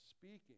speaking